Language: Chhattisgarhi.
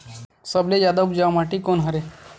सबले जादा उपजाऊ माटी कोन हरे?